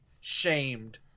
shamed